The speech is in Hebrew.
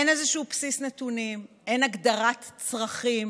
אין איזשהו בסיס נתונים, אין הגדרת צרכים.